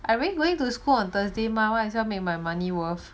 I really going to school on thursday mar [one] 很像 make my money worth